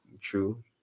True